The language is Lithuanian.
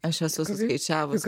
aš esu suskaičiavusi